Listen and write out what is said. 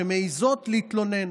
שמעיזות להתלונן,